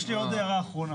יש לי עוד הערה אחרונה.